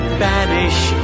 banish